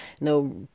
no